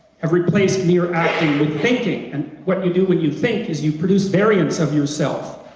have replaced mere acting with thinking, and what you do when you think, is you produce variants of yourself,